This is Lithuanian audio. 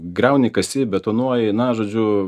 griauni kasi betonuoji na žodžiu